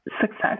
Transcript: success